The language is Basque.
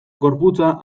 gorputza